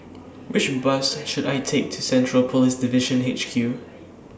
Which Bus should I Take to Central Police Division H Q